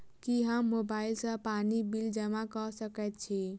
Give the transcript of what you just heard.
की हम मोबाइल सँ पानि बिल जमा कऽ सकैत छी?